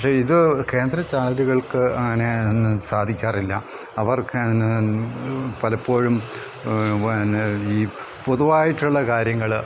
പക്ഷേ ഇത് കേന്ദ്ര ചാനലുകൾക്ക് അങ്ങനെ സാധിക്കാറില്ല അവർക്ക് പലപ്പോഴും എന്നാ ഈ പൊതുവായിട്ടുള്ള കാര്യങ്ങൾ